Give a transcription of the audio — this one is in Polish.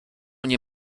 nie